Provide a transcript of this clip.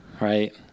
right